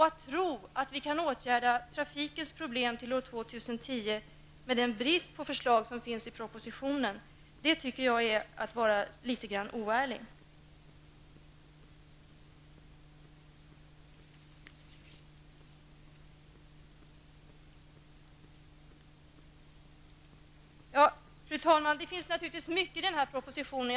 Att tro att vi kan lösa trafikens problem till år 2010 med den brist på förslag som finns i propositionen är enligt min mening att vara litet grand oärlig. Fru talman! Det finns naturligtvis också mycket annat i denna proposition.